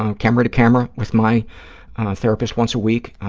um camera to camera, with my therapist once a week.